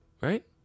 right